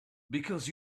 because